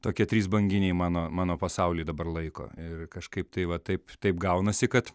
tokie trys banginiai mano mano pasaulį dabar laiko ir kažkaip tai va taip taip gaunasi kad